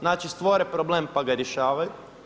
Znači stvore problem, pa ga rješavaju.